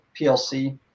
PLC